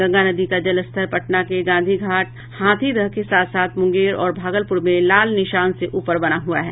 गंगा नदी का जलस्तर पटना के गांधी घाट हाथीदह के साथ साथ मुंगेर और भागलपुर में लाल निशान से ऊपर बना हुआ है